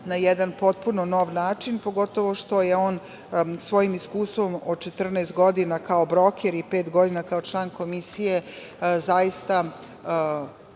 na jedan potpuno novi način, pogotovo što je on svojim iskustvom od 14 godina kao broker, i pet godina kao član Komisije